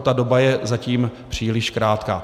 Ta doba je zatím příliš krátká.